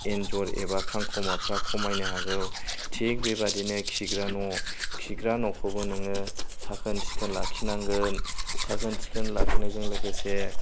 एनजर एबा खांख'माफ्रा खमायनो हागौ थिग बेबायदिनो खिग्रा न' खिग्रा न'खौबो नोङो साखोन सिखोन लाखि नांगोन साखोन सिखोन लाखिनायजों लोगोसे